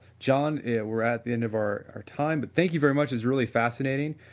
john we are at the end of our our time, but thank you very much it's really fascinating.